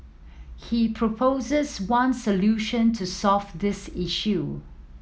he proposes one solution to solve this issue